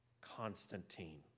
Constantine